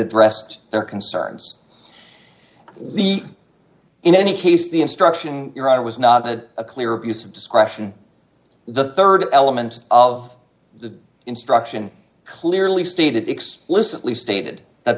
addressed their concerns the in any case the instruction or i was not a clear abuse of discretion the rd element of the instruction clearly stated explicitly stated that